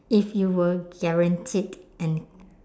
if you were guaranteed an